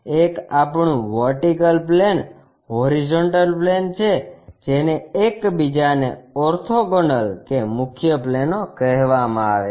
એક આપણું vertical plane horizontal plane છે જેને એકબીજાને ઓર્થોગોનલ કે મુખ્ય પ્લેનો કહેવામાં આવે છે